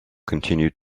continued